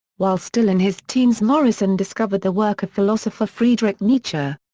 while still in his teens morrison discovered the work of philosopher friedrich nietzsche.